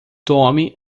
tome